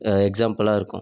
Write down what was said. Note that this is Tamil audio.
எக்ஸாம்பிளாக இருக்கும்